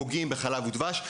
שפוגעים ב- ׳חלב ודבש׳,